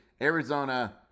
Arizona